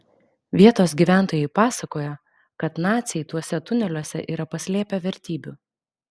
vietos gyventojai pasakoja kad naciai tuose tuneliuose yra paslėpę vertybių